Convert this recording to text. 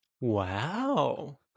Wow